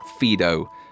Fido